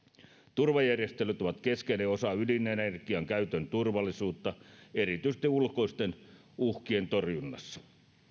turvajärjestelyt ovat keskeinen osa ydinenergian käytön turvallisuutta erityisesti ulkoisten uhkien torjunnassa